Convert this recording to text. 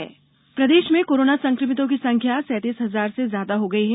corona प्रदेश प्रदेश में कोरोना संक्रमितों की संख्या सैतीस हजार से ज्यादा हो गई है